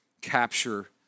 capture